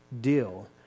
deal